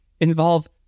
involve